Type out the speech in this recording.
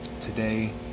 Today